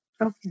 Okay